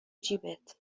جیبت